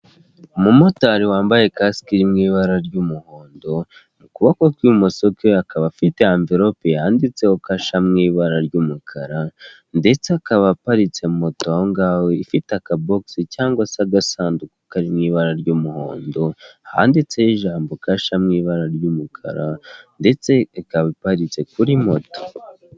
Umu motari wambaye kasike iri mu ibara ry'umuhondo, mu kuboko kw'ibumoso kwe akaba afite averope yanditseho Kasha mu ibara ry'umukara, ndetse akaba aparitse moto ahongaho ifite akabogisi cyangwag se agasanduku karirimo ibara ry'umuhondo, handitseho ijambo Kasha mu ibara ry'umukara, ndetse ikaba iparitse kuri moto.